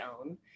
own